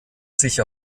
sich